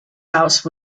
house